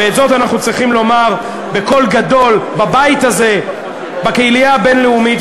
ואת זאת אנחנו צריכים לומר בקול גדול בבית הזה ובקהילייה הבין-לאומית.